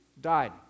died